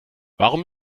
warum